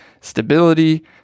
stability